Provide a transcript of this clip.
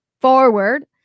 forward